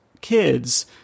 kids